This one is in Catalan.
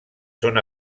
són